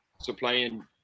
supplying